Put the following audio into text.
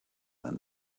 than